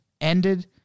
ended